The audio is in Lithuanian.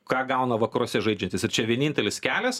ką gauna vakaruose žaidžiantys ir čia vienintelis kelias